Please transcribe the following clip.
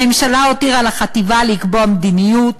הממשלה הותירה לחטיבה לקבוע מדיניות,